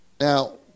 Now